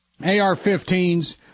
AR-15s